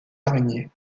araignées